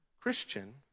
Christian